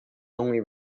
only